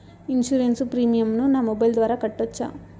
Insurance premium ను నా mobile ద్వారా కట్టొచ్చా?